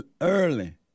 early